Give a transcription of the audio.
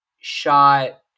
shot